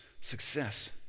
success